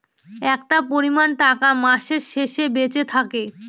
একটা পরিমান টাকা মাসের শেষে বেঁচে থাকে